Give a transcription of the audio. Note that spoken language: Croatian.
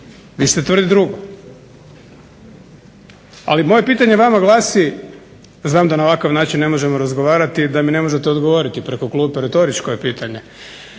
Vi ćete tvrditi drugo. Ali moje pitanje vama glasi, znam da na ovakav način ne možemo razgovarati i da mi ne možete odgovoriti preko klupe, retoričko je pitanje.